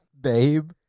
Babe